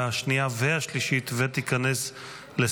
17 בעד, אין מתנגדים ואין נמנעים.